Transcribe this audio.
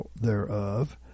thereof